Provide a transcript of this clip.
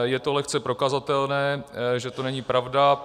Je to lehce prokazatelné, že to není pravda.